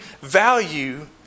value